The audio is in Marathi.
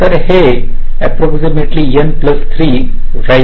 तर हे अप्रॉक्सीमेटली n प्लस 3 राईट